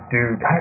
Dude